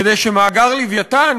כדי שמאגר "לווייתן",